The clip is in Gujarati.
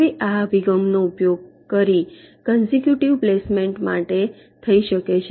હવે આ અભિગમનો ઉપયોગ કંસ્ટ્રક્ટિવ પ્લેસમેન્ટ માટે થઈ શકે છે